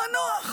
המנוח,